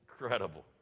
Incredible